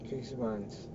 six months